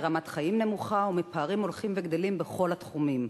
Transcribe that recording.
מרמת חיים נמוכה ומפערים הולכים וגדלים בכל התחומים: